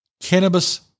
cannabis